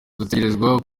dutegerezwa